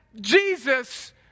Jesus